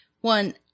one